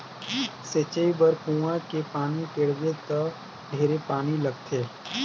सिंचई बर कुआँ के पानी टेंड़बे त ढेरे पानी लगथे